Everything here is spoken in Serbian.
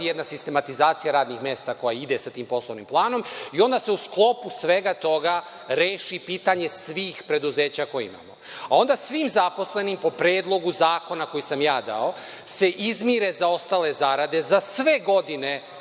jedna sistematizacija radnih mesta koja ide sa tim poslovnim planom i onda se u sklopu svega toga reši pitanje svih preduzeća koja imamo. Onda svim zaposlenima po Predlogu zakona koji sam ja dao se izmire zaostale zarade za sve godine